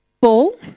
ball